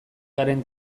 garen